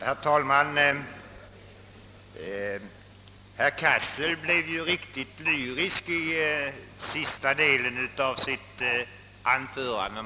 Herr talman! Herr Cassel blev riktigt lyrisk i sista delen av sitt anförande.